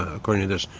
ah according to this,